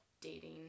dating